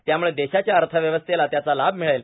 त्यामुळे देशाच्या अथव्यवस्थेला त्याचा लाभ ामळेल